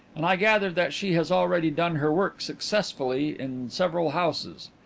and i gather that she has already done her work successfully in several houses.